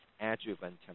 adjuvant